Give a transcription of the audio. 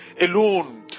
alone